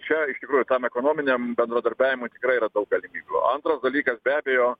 čia tam ekonominiam bendradarbiavimui tikrai yra daug galimybių antras dalykas be abejo